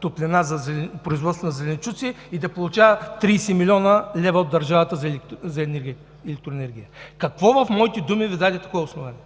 топлина за производство на зеленчуци и да получава 30 млн. лв. от държавата за електроенергия? Какво в моите думи Ви даде такова основание?